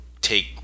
take